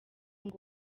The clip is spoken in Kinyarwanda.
ngo